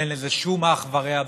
אין לזה שום אח ורע בעולם,